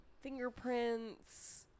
fingerprints